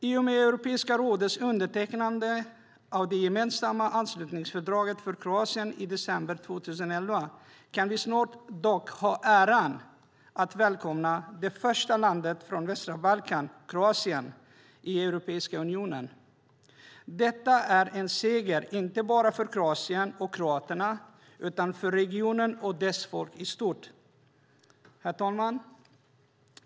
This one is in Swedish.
I och med Europeiska rådets undertecknande av det gemensamma anslutningsfördraget för Kroatien i december 2011 kan vi snart dock ha äran att välkomna det första landet från västra Balkan, nämligen Kroatien, i Europeiska unionen. Detta är en seger inte bara för Kroatien och kroaterna, utan för regionen och dess folk i stort.